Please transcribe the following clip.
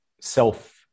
self